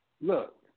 Look